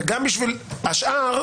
וגם בשביל השאר,